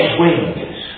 wings